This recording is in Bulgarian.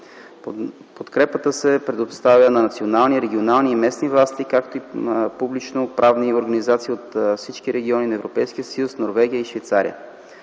Подкрепата се предоставя на национални, регионални и местни власти, както и на публичноправни организации от всички региони от Европейския съюз, Норвегия и Швейцария.